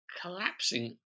collapsing